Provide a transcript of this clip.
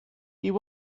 you